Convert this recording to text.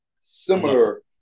similar